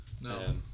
No